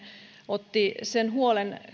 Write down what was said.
otti kyllä vakavasti sen huolen